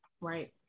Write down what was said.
Right